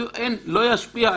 לא ישפיע.